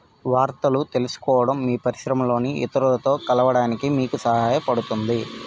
వార్తలు తెలుసుకోవడం మీ పరిశ్రమలోని ఇతరులతో కలవడానికి మీకు సహాయపడుతుంది